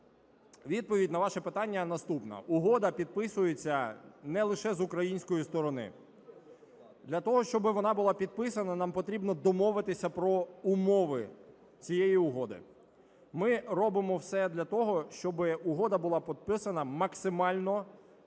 відповідь на ваше питання наступна. Угода підписується не лише з української сторони. Для того, щоби вона була підписана, нам потрібно домовитися про умови цієї угоди. Ми робимо все для того, щоби угода була підписана максимально